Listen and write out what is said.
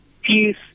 peace